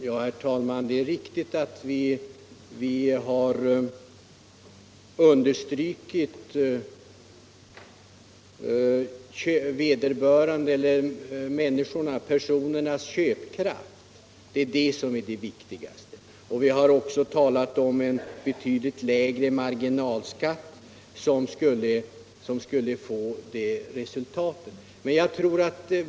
Herr talman! Det är riktigt att vi har betonat vikten av en ökad köpkraft för löntagarna. Vi har hävdat att en betydligt lägre marginalskatt ger en ökad köpkraft till resultat.